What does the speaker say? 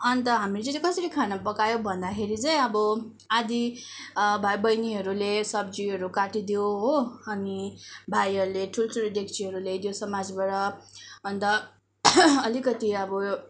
अन्त हामीहरूले चाहिँ कसरी खाना पकायो भन्दाखेरि चाहिँ अब आधा भाइबहिनीहरूले सब्जीहरू काटिदियो हो अनि भाइहरूले ठुल ठुलो डेक्चीहरू ल्याइदियो समाजबाट अन्त अलिकति अब